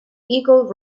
eagle